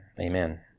amen